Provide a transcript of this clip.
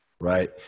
Right